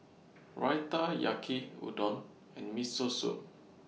Raita Yaki Udon and Miso Soup